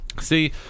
See